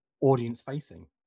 audience-facing